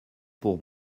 pour